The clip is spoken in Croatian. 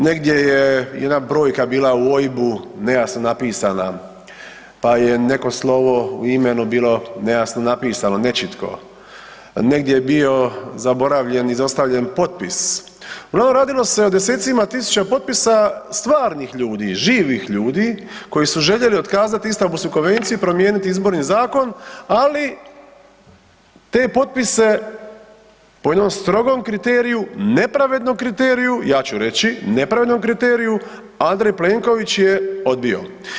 Negdje je jedna brojka bila u OIB-u nejasno napisana, pa je neko slovo u imenu bilo nejasno napisano, nečitko, negdje je bio zaboravljen, izostavljen potpis, uglavnom radilo se o desecima tisuća potpisa stvarnih ljudi, živih ljudi koji su željeli otkazati Istanbulsku konvenciju i promijeniti Izborni zakon ali te potpise po jednom strogom kriteriju, nepravednom kriteriju, ja ću reći nepravednom kriteriju, A. Plenković je odbio.